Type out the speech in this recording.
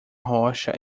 rocha